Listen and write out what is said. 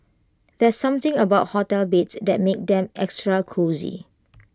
there's something about hotel beds that makes them extra cosy